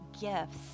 gifts